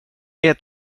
ett